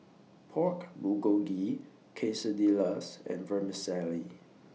Pork Bulgogi Quesadillas and Vermicelli